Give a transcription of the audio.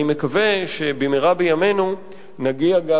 אני מקווה שבמהרה בימינו נגיע גם,